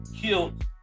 killed